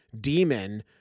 demon